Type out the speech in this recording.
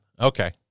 Okay